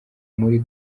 muri